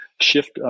shift